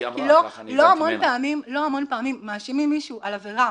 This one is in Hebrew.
לא המון פעמים מאשימים מישהו על עבירה,